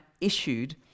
issued